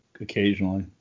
occasionally